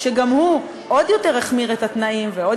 שגם הוא עוד יותר החמיר את התנאים ועוד